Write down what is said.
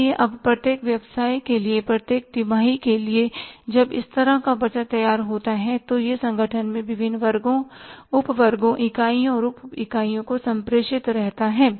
इसलिए अब प्रत्येक व्यवसाय के लिए प्रत्येक तिमाही के लिए जब इस तरह का बजट तैयार होता है तो यह संगठन में विभिन्न वर्गों उप वर्गों इकाइयों और उप इकाइयों को संप्रेषित रहता है